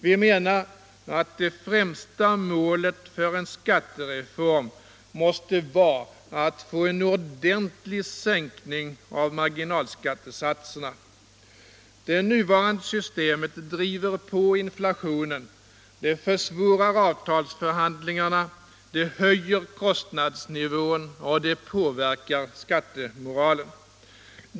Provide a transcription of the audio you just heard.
Vi menar att det främsta målet för en skattereform måste vara att få en ordentlig sänkning av marginalskattesatserna. Det nuvarande systemet driver på inflationen, det försvårar avtalsförhandlingarna, det höjer kostnadsnivån och det påverkar skattemoralen.